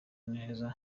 neza